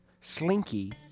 Slinky